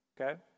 Okay